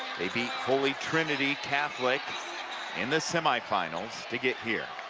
they beat holy trinity catholic in the semifinals to get here.